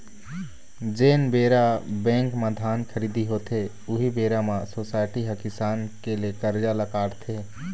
जेन बेरा बेंक म धान खरीदी होथे, उही बेरा म सोसाइटी ह किसान के ले करजा ल काटथे